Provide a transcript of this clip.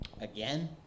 Again